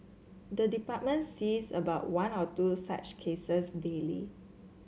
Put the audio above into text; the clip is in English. the department sees about one or two such cases daily